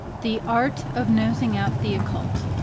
the art of nosing out the occult.